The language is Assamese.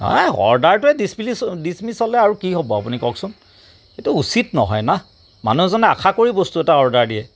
অৰ্ডাৰটোৱেই ডিছপ্লিছ ডিছমিছ হ'লে কি হ'ব আপুনি কওকচোন এইটো উচিত নহয় না মানুহ এজনে আশা কৰি বস্তু এটা অৰ্ডাৰ দিয়ে